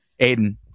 Aiden